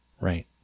Right